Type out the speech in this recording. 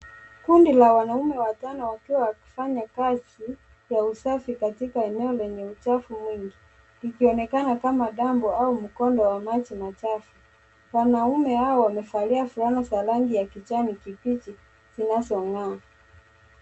Kundi la wanaume watano wakiwa wanafanya kazi ya usafi katika eneo lenye uchafu mwingi likionekana kama dampu au mkondo wa maji machafu. Wanaume hawa wamevalia fulana za rangi ya kijani kibichi zinazongaa.